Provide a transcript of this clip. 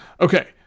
Okay